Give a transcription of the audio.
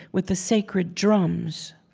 with the sacred drums.